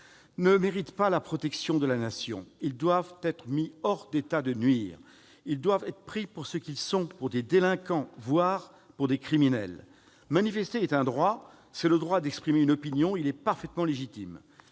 ne méritent pas la protection de la Nation. Ils doivent être mis hors d'état de nuire. Ils doivent être pris pour ce qu'ils sont : des délinquants, voire des criminels. Manifester est un droit, c'est le droit d'exprimer une opinion ; il est parfaitement légitime.